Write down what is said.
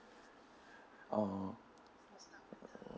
uh